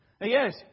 Yes